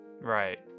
right